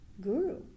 guru